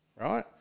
right